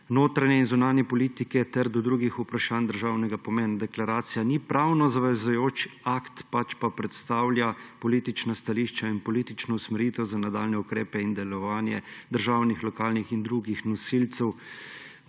notranje in zunanje politike ter do drugih vprašanj državnega pomena. Deklaracija ni pravno zavezujoč akt, pač pa predstavlja politična stališča in politično usmeritev za nadaljnje ukrepe in delovanje državnih, lokalnih in drugih nosilcev